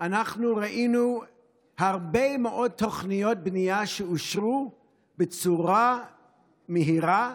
ראינו הרבה מאוד תוכניות בנייה שאושרו בצורה מהירה,